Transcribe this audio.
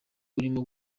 urimo